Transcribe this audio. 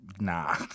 nah